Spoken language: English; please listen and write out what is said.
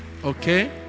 okay